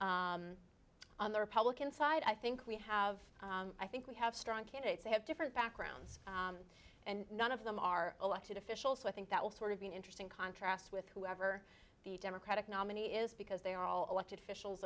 general on the republican side i think we have i think we have strong candidates they have different backgrounds and none of them are elected official so i think that will sort of be an interesting contrast with whoever the democratic nominee is because they are all elected officials